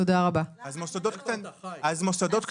אז מוסד פתוח ולא סגור.